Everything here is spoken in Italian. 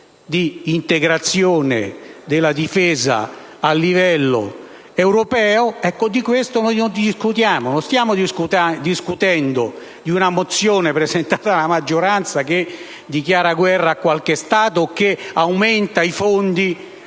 di integrazione della difesa a livello europeo. Di questo noi non discutiamo. Non stiamo discutendo di una mozione presentata dalla maggioranza che dichiara guerra a qualche Stato o che aumenta i fondi